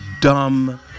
dumb